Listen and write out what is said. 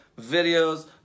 videos